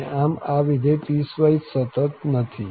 અને આમ વિધેય પીસવાઈસ સતત નથી